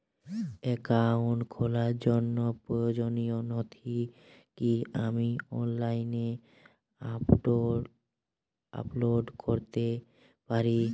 Account খোলার জন্য প্রয়োজনীয় নথি কি আমি অনলাইনে আপলোড করতে পারি?